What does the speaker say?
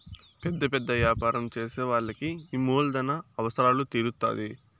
పెద్ద పెద్ద యాపారం చేసే వాళ్ళకి ఈ మూలధన అవసరాలు తీరుత్తాధి